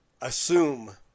Assume